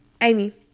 Amy